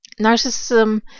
Narcissism